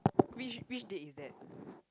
which which date is that